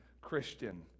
Christian